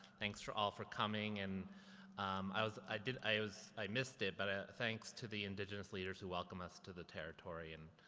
thanks for all, for coming. and um i was, i did, i was i missed it, but ah thanks to the indigenous leaders who welcome us to the territory. and,